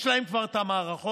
יש להם כבר את המערכות,